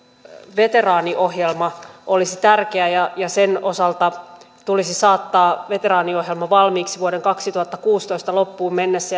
veteraaniohjelma olisi tärkeä ja ja sen osalta tulisi saattaa veteraaniohjelma valmiiksi vuoden kaksituhattakuusitoista loppuun mennessä